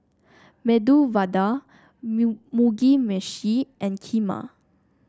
Medu Vada Mugi Meshi and Kheema